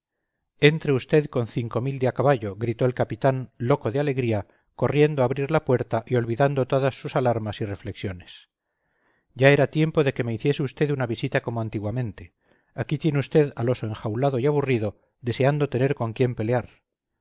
entre usted con cinco mil de a caballo gritó el capitán loco de alegría corriendo a abrir la puerta y olvidando todas sus alarmas y reflexiones ya era tiempo de que me hiciese usted una visita como antiguamente aquí tiene usted al oso enjaulado y aburrido deseando tener con quien pelear